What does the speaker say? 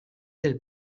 del